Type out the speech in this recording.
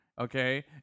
okay